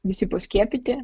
visi paskiepyti